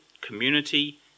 community